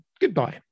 goodbye